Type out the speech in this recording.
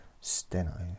steno